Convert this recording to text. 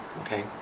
Okay